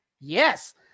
Yes